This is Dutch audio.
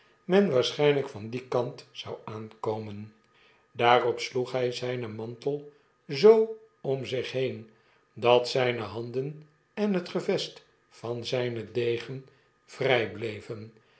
men waarscbpljjk van dien kant zou aankomen daarop sloeg hjj zijnen mantel zoo om zich heen dat zjjne handen en het gevest van zpen degen vrij bleven